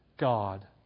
God